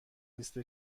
لیست